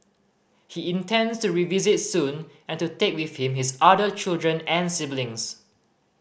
he intends to revisit soon and to take with him his other children and siblings